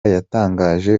yatangarije